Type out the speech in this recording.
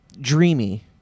dreamy